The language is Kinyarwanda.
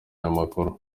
amakuru